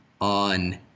on